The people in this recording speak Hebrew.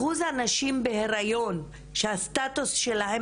אז אחוז הנשים בהיריון שהסטטוס שלהן